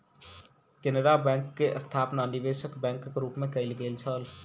Canara bank के स्थापना निवेशक बैंकक रूप मे कयल गेल छल